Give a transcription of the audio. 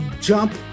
jump